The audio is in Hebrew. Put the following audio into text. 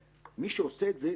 מי שעושה את זה,